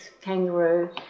kangaroo